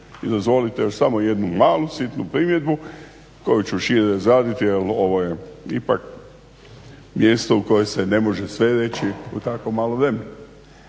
I dozvolite još samo jednu malu sitnu primjedbu koju ću šire razraditi jer ovo je ipak mjesto u kojem se ne može sve reći u tako malo vremena.